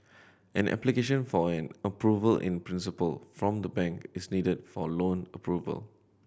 an application for an approval in principle from the bank is needed for loan approval